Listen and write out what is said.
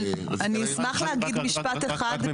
אני רק אשיב במשפט.